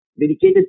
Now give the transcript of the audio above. dedicated